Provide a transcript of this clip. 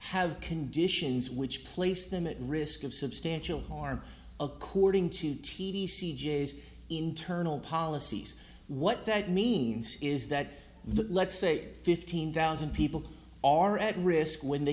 have conditions which placed them at risk of substantial harm according to t d sieges internal policies what that means is that let's say fifteen thousand people are at risk when the